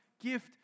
gift